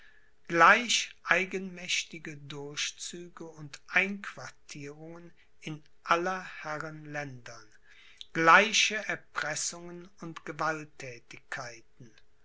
gleich eigenmächtige durchzüge und einquartierungen in aller herren ländern gleiche erpressungen und gewalttätigkeiten